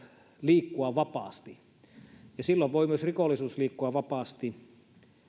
liikkua vapaasti ja silloin voi myös rikollisuus liikkua vapaasti